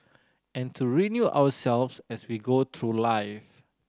and to renew ourselves as we go through life